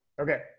Okay